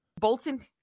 Bolton